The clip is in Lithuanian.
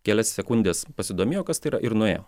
kelias sekundes pasidomėjo kas tai yra ir nuėjo